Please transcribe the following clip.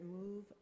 move